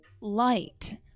light